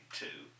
two